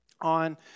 on